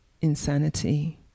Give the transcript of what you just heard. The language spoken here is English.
insanity